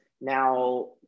Now